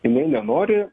jinai nenori